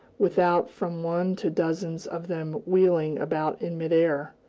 without from one to dozens of them wheeling about in mid-air,